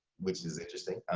which is interesting.